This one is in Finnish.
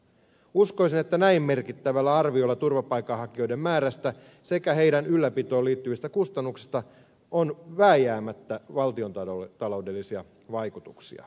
uskoisin että näin merkittävällä arviolla turvapaikanhakijoiden määrästä sekä heidän ylläpitoonsa liittyvistä kustannuksista on vääjäämättä valtiontaloudellisia vaikutuksia